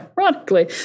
ironically